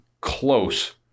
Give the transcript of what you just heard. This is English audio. close